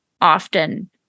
often